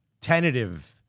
tentative